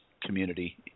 community